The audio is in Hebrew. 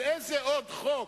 על איזה עוד חוק,